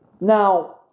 Now